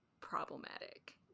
problematic